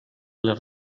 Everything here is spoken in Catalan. les